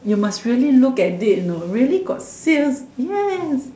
you must really look at it really got sales yes